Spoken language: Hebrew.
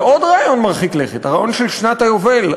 ועוד רעיון מרחיק לכת: הרעיון של שנת היובל,